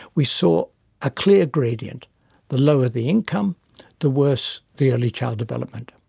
we saw a clear gradient the lower the income the worse the early child development.